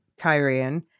Kyrian